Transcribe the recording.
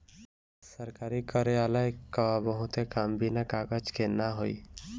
सरकारी कार्यालय क बहुते काम बिना कागज के ना होई